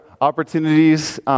opportunities